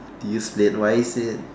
do you sleep wisely